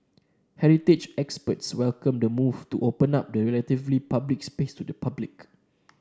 heritage experts welcomed the move to open up the relatively private space to the public